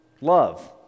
Love